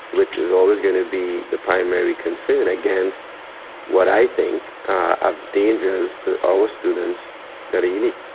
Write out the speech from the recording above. which is always gonna be the primary concern, and against what i think are dangers to our students that are unique.